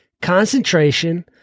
concentration